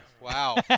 Wow